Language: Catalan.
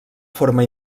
forma